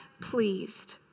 pleased